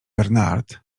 bernard